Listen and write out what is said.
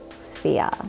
sphere